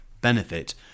benefit